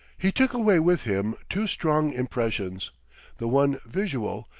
he took away with him two strong impressions the one visual,